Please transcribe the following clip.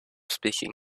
speaking